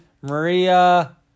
Maria